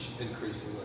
increasingly